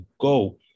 go